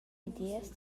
ideas